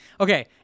okay